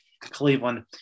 Cleveland